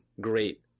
great